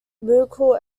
mughal